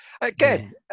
Again